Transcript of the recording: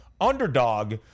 underdog